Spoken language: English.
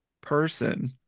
person